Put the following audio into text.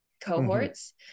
cohorts